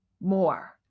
more